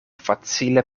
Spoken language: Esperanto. facile